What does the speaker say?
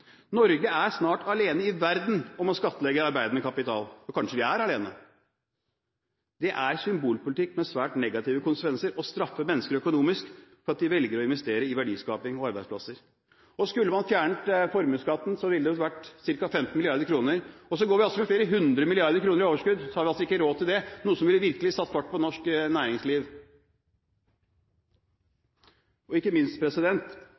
Norge er snart alene i verden om å skattlegge arbeidende kapital – kanskje vi er alene! Det er symbolpolitikk med svært negative konsekvenser å straffe mennesker økonomisk for at de velger å investere i verdiskaping og arbeidsplasser. Skulle man fjernet formuesskatten, så ville det utgjøre ca. 15 mrd. kr. Nå går vi altså med flere hundre milliarder kroner i overskudd, og så har vi ikke råd til det, noe som virkelig ville satt fart i norsk næringsliv. Og ikke minst,